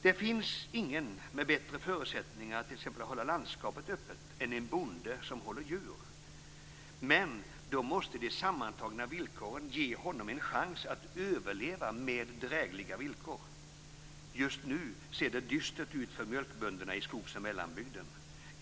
Det finns ingen med bättre förutsättningar att t.ex. hålla landskapet öppet än en bonde som håller djur. Men då måste de sammantagna villkoren ge honom en chans att överleva med drägliga villkor. Just nu ser det dystert ut för mjölkbönderna i skogs och mellanbygden.